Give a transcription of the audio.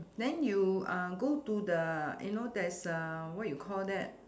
then you uh go to the you know there's a what you call that